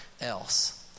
else